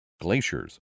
glaciers